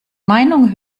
meinung